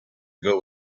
ago